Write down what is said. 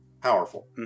powerful